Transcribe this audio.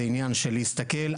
זה עניין של להסתכל.